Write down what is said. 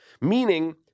meaning